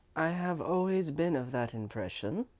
i have always been of that impression,